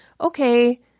okay